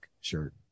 shirt